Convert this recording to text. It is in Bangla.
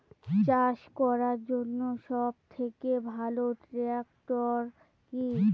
চাষ করার জন্য সবথেকে ভালো ট্র্যাক্টর কি?